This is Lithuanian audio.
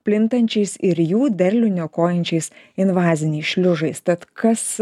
plintančiais ir jų derlių niokojančiais invaziniais šliužais tad kas